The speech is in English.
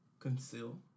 Conceal